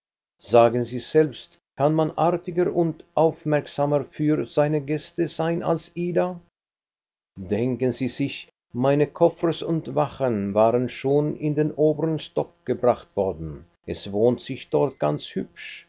sagen sie selbst kann man artiger und aufmerksamer für seine gäste sein als ida denken sie sich meine coffres und vachen waren schon in den obern stock gebracht worden es wohnt sich dort ganz hübsch